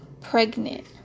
pregnant